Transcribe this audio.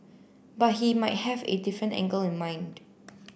but he might have a different angle in mind